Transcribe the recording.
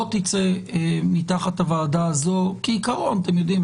לא תצא מתחת הוועדה הזו כעיקרון אתם יודעים,